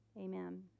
amen